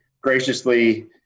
graciously